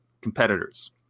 competitors